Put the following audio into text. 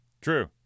True